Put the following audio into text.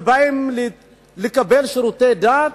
ובאים לקבל שירותי דת,